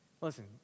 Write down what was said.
Listen